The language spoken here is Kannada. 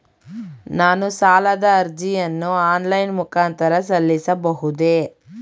ನಾನು ಸಾಲದ ಅರ್ಜಿಯನ್ನು ಆನ್ಲೈನ್ ಮುಖಾಂತರ ಸಲ್ಲಿಸಬಹುದೇ?